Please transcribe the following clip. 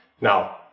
now